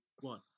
one